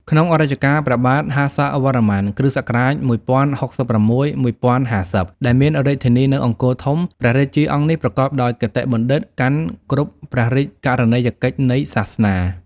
ក្នុងរជ្ជកាលព្រះបាទហស៌វរ្ម័ន (គ.ស ១០៦៦-១០៥០) ដែលមានរាជធានីនៅ អង្គរធំ ព្រះរាជាអង្គនេះប្រកបដោយគតិបណ្ឌិត កាន់គ្រប់ព្រះរាជករណីយកិច្ចនៃសាសនា។